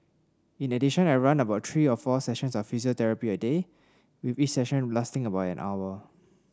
in addition I run about three or four sessions of physiotherapy a day with each session lasting about an hour